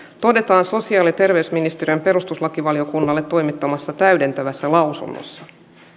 todetaan sosiaali ja terveysministeriön perustuslakivaliokunnalle toimittamassa täydentävässä lausunnossa